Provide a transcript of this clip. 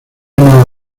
nueva